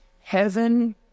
Heaven